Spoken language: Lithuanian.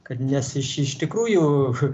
kad nes iš iš tikrųjų